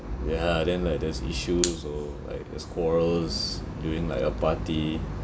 ya then like there's issues or like there's quarrels during like a party